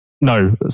No